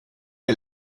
est